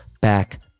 Back